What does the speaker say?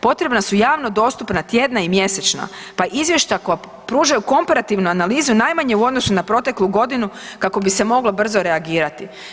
Potrebna su javno dostupna tjedna i mjesečna, pa izvješća koja pružaju komparativnu analizu najmanje u odnosu na proteklu godinu kako bi se moglo brzo reagirati.